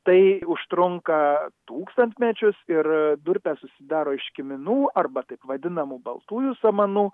tai užtrunka tūkstantmečius ir durpės susidaro iš kiminų arba taip vadinamų baltųjų samanų